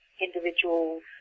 individuals